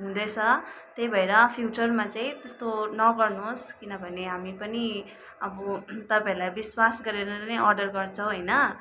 हुन्दैछ त्यही भएर फ्युचरमा चाहिँ त्यस्तो नगर्नुहोस् किनभने हामी पनि अब तपाईँहरूलाई विश्वास गरेर नै अर्डर गर्छौँ होइन